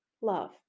love